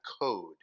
code